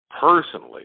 personally